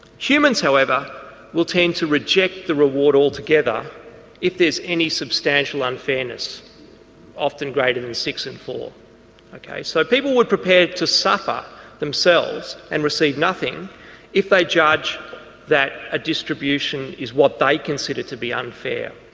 humans however will tend to reject the reward altogether if there's any substantial unfairness often greater than six and four ok. so people were prepared to suffer themselves and receive nothing if they judge that a distribution is what they consider to be unfair.